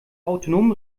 autonomen